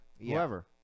Whoever